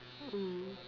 mm